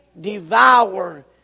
devour